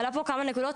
עלו פה כמה נקודות,